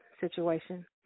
situation